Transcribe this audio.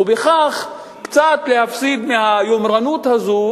ובכך קצת להפסיד מהיומרנות הזאת,